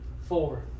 Four